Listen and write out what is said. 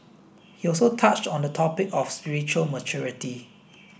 he also touched on the topic of spiritual maturity